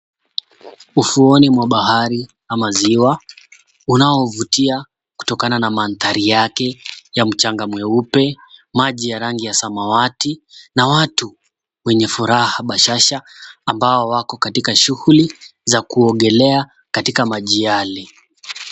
Ufuoni mwa bahari ama ziwa unaovutia kutokana na mandhari yake ya mchanga mweupe, maji ya rangi ya samawati na watu wenye furaha bashasha ambao wako katika shughuli za kuogelea katikati maji yale.